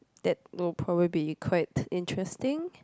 that will probably be quite interesting